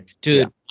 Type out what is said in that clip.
Dude